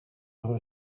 rue